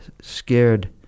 scared